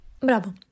Bravo